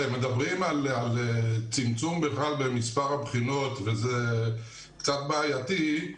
מדברים על צמצום בכלל במספר הבחינות וזה קצת בעייתי.